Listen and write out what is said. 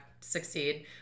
succeed